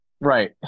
Right